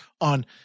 on